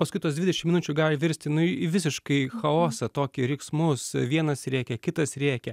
paskui tos dvidešimt minučių gali virsti nu į visiškai chaosą tokį riksmus vienas rėkia kitas rėkia